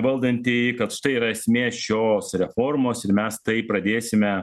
valdantieji kad štai yra esmė šios reformos ir mes tai pradėsime